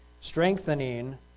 strengthening